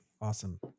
awesome